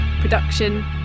production